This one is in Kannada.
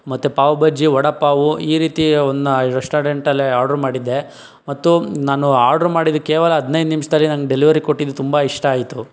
ಮತ್ತೆ ಪಾವುಭಾಜಿ ವಡಾಪಾವು ಈ ರೀತಿಯಯನ್ನು ರೆಸ್ಟೋರೆಂಟಲ್ಲೇ ಆರ್ಡ್ರು ಮಾಡಿದ್ದೆ ಮತ್ತು ನಾನು ಆರ್ಡ್ರು ಮಾಡಿದ ಕೇವಲ ಹದ್ನೈದು ನಿಮಿಷದಲ್ಲಿ ನನ್ಗೆ ಡೆಲಿವರಿ ಕೊಟ್ಟಿದ್ದು ತುಂಬ ಇಷ್ಟ ಆಯಿತು